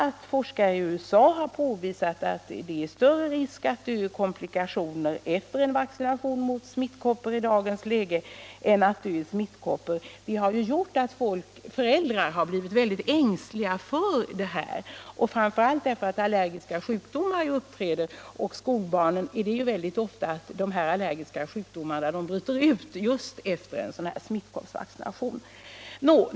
Att forskare i USA har påvisat att det i dagens läge är större risk att dö i komplikationer efter vaccination mot smittkoppor än att dö i smittkoppor har gjort föräldrar väldigt ängsliga för den här vaccinationen. Ofta bryter också allergiska sjukdomar ut just efter smittkoppsvaccination.